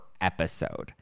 episode